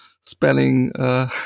spelling